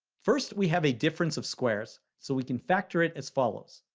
first, we have a difference of squares so we can factor it as follows.